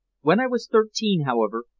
when i was thirteen, however,